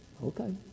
Okay